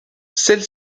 celle